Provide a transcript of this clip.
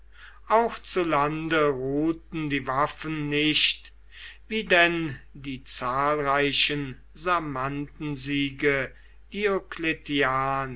auch zu lande ruhten die waffen nicht wie denn die zahlreichen sarmatensiege